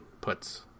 puts